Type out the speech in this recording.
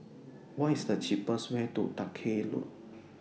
What IS The cheapest Way to Dalkeith Road